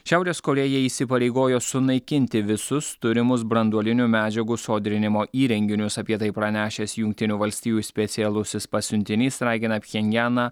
šiaurės korėja įsipareigojo sunaikinti visus turimus branduolinių medžiagų sodrinimo įrenginius apie tai pranešęs jungtinių valstijų specialusis pasiuntinys ragina pchenjaną